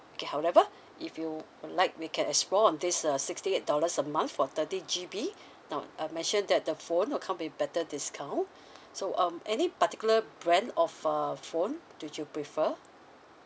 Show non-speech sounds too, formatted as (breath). okay however if you would like we can explore on this uh sixty eight dollars a month for thirty G_B (breath) now I mentioned that the phone will come with better discount (breath) so um any particular brand of a phone do you prefer